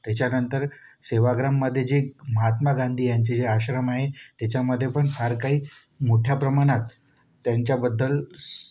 त्याच्यानंतर सेवाग्राममधे जे महात्मा गांधी यांचे जे आश्रम आहे त्याच्यामध्ये पण फार काही मोठ्या प्रमाणात त्यांच्याबद्दल